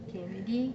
K ready